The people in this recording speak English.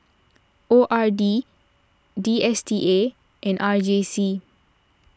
O R D D S T A and R J C